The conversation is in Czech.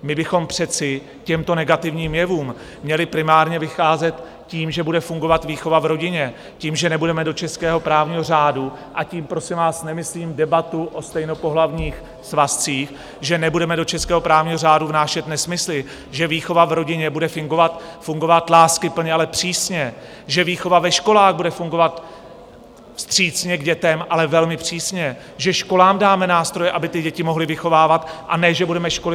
My bychom přece těmto negativním jevům měli primárně předcházet tím, že bude fungovat výchova v rodině, tím, že nebudeme do českého právního řádu a tím, prosím vás, nemyslím debatu o stejnopohlavních svazcích že nebudeme do českého právního řádu vnášet nesmysly, že výchova v rodině bude fungovat láskyplně, ale přísně, že výchova ve školách bude fungovat vstřícně k dětem, ale velmi přísně, že školám dáme nástroje, aby ty děti mohly vychovávat, a ne že budeme školy zahlcovat byrokracií.